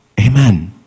Amen